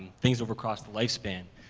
things over cross the lifespan.